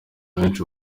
benshi